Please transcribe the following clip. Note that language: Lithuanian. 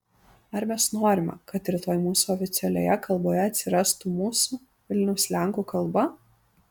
ar mes norime kad rytoj mūsų oficialioje kalboje atsirastų mūsų vilniaus lenkų kalba